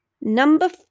Number